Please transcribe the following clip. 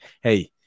hey